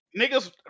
Niggas